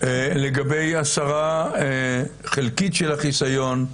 לגבי הסרה חלקית של החיסיון,